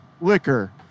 liquor